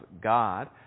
God